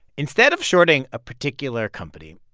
instead of shorting a particular company,